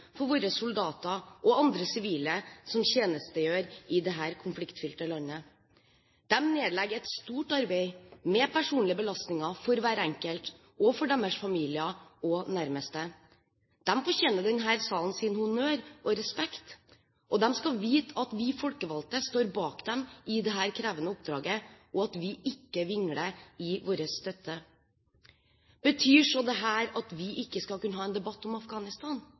for våre soldater og andre sivile som tjenestegjør i dette konfliktfylte landet. De legger ned et stort arbeid, med personlige belastninger for hver enkelt, for deres familier og nærmeste. De fortjener denne salens honnør og respekt, og de skal vite at vi folkevalgte står bak dem i dette krevende oppdraget, og at vi ikke vingler i vår støtte. Betyr så dette at vi ikke skal kunne ha en debatt om Afghanistan?